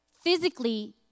physically